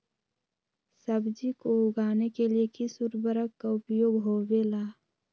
सब्जी को उगाने के लिए किस उर्वरक का उपयोग होबेला?